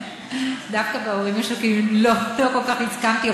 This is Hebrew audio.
דווקא בנושא ההורים השכולים לא כל כך הסכמתי,